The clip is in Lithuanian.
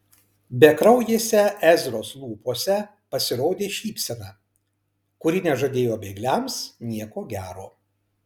bekraujėse ezros lūpose pasirodė šypsena kuri nežadėjo bėgliams nieko gero